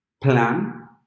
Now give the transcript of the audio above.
plan